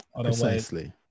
precisely